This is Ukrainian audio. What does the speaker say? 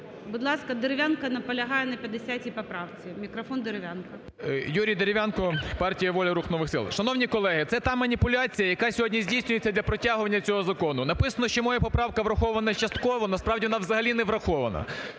Будь ласка, Дерев'янко наполягає на 50 поправці. Мікрофон Дерев'янка. 11:38:25 ДЕРЕВ’ЯНКО Ю.Б. Юрій Дерев'янко, партія "Воля", "Рух нових сил". Шановні колеги, це та маніпуляція, яка сьогодні здійснюється для протягування цього закону. Написано, що моя поправка врахована частково, насправді, вона взагалі не врахована.